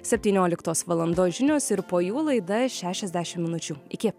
septynioliktos valandos žinios ir po jų laida šešiasdešimt minučių iki